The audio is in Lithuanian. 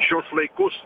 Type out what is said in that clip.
šiuos laikus